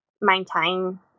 maintain